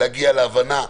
להגיע להבנה,